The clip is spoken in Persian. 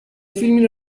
فیلمی